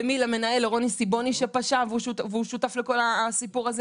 למנהל רוני סיבוני שפשע והוא שותף לכל הסיפור הזה?